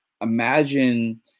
imagine